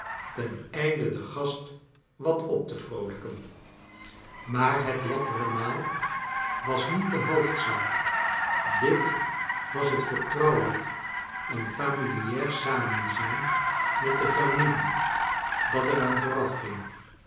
ten einde den gast wat op te vroolijken maar het lekkere maal was niet de hoofdzaak dit was het vertrouwelijk en familiaar samenzijn met de familie dat er aan